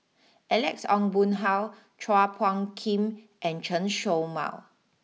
Alex Ong Boon Hau Chua Phung Kim and Chen show Mao